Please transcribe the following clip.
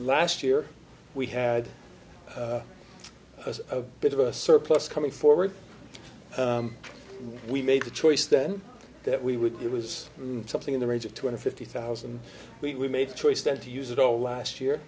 last year we had a bit of a surplus coming forward and we made the choice then that we would it was something in the range of two hundred fifty thousand we made a choice then to use it all last year